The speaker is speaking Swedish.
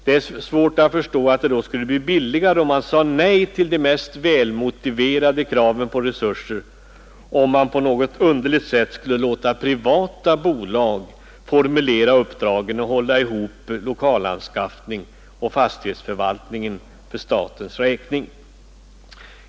Det är svårt att förstå att det skulle bli billigare om man avvisade de mest välmotiverade kraven på resurser och skulle låta privata bolag formulera uppdragen samt ombesörja lokalanskaffningen och fastighetsförvaltningen för statens räkning.